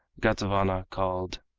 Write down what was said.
gatavana called,